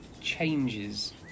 changes